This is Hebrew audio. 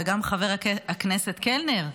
וגם חבר הכנסת קלנר,